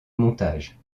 montage